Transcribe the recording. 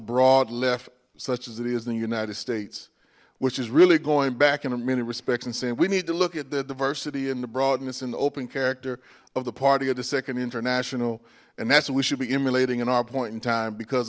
broad left such as it is in the united states which is really going back in a minute respects and saying we need to look at the diverse the broadness in the open character of the party of the second international and that's what we should be emulating in our point in time because